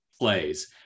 plays